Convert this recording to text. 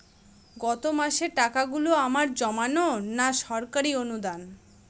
গত মাসের তোলা টাকাগুলো আমার জমানো না সরকারি অনুদান?